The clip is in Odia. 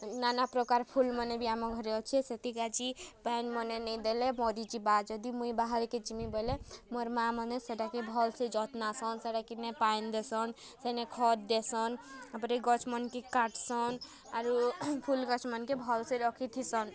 ନାନାପ୍ରକାର୍ ଫୁଲ୍ମାନେ ବି ଆମ ଘରେ ଅଛେ ସେଥିକା'ଯି ପାଏନ୍ ମାନେ ନାଇ ଦେଲେ ମରିଯିବା ଯଦି ମୁଇଁ ବାହାର୍କେ ଯିମି ବେଲେ ମୋର୍ ମାଆମାନେ ସେତାକେ ଭଲ୍ ସେ ଯତ୍ନାସନ୍ ସେତାକେ ନେ ପାଏନ୍ ଦେସନ୍ ସେନେ ଖତ୍ ଦେସନ୍ ତା'ର୍ପରେ ଗଛ୍ ମାନ୍କେ କାଟ୍ସନ୍ ଆରୁ ଫୁଲ୍ ଗଛ୍ ମାନ୍କେ ଭଲ୍ ସେ ରଖିଥିସନ୍